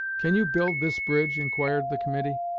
can you build this bridge inquired the committee.